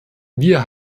wir